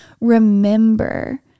remember